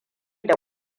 da